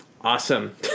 awesome